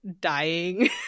dying